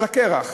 על הקרח,